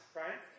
right